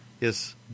Yes